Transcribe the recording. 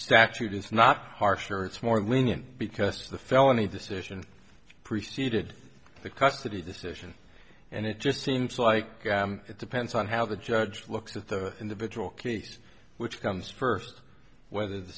statute is not harsher it's more lenient because the felony decision preceded the custody decision and it just seems like it depends on how the judge looks at the individual cases which comes first whether the